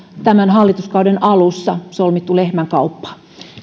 tämän hallituskauden alussa solmittu lehmänkauppa